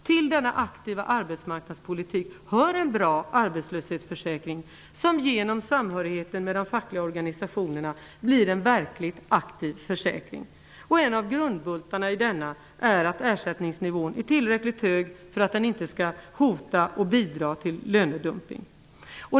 Till denna aktiva arbetsmarknadspolitik hör en bra arbetslöshetsförsäkring som genom samhörigheten med de fackliga organisationerna blir en verkligt aktiv försäkring. En av grundbultarna i denna är att ersättningsnivån är tillräckligt hög för att inte bidra till lönedumpning.